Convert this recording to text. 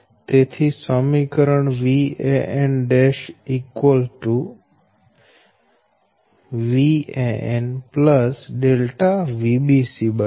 તેથી સમીકરણ Van' Van ΔVbc બનશે